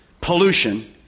pollution